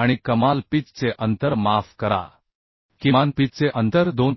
आणि कमाल पिच चे अंतर माफ करा किमान पिच चे अंतर 2